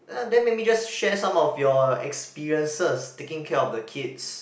then maybe just share some of your experiences taking care of the kids